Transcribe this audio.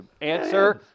answer